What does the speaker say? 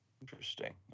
Interesting